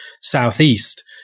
southeast